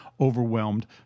overwhelmed